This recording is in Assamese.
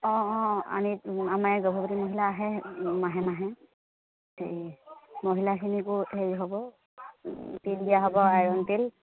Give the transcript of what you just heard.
অঁ অঁ আনি আমাৰ ইয়াত গৰ্ভৱতী মহিলা আহে মাহে মাহে হেৰি মহিলাখিনিকো হেৰি হ'ব পিল দিয়া হ'ব আইৰণ পিল